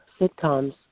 sitcoms